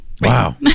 wow